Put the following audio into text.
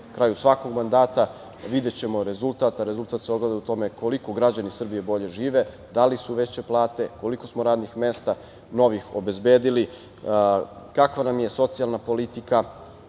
kraju svakog mandata videćemo rezultat, a rezultat se ogleda u tome koliko građani Srbije bolje žive, da li su veće plate, koliko smo radnih mesta novih obezbedili, kakva nam je socijalna politika,